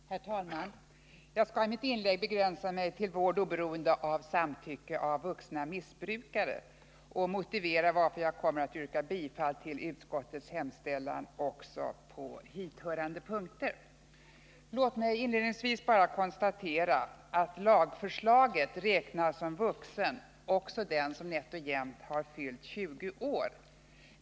Herr talman! Jag skall i mitt inlägg begränsa mig till att anföra några synpunkter på vård, oberoende av samtycke, av vuxna missbrukare och motivera att jag kommer att yrka bifall till utskottets hemställan även på hithörande punkter. Låt mig inledningsvis bara konstatera att i lagförslaget räknas som vuxen också den som nätt och jämnt fyllt 20 år.